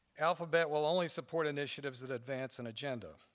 alphabet will only support initiatives that advance an agenda.